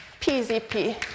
PZP